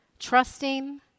Trusting